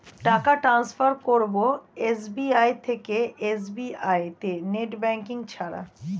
টাকা টান্সফার করব এস.বি.আই থেকে এস.বি.আই তে নেট ব্যাঙ্কিং ছাড়া?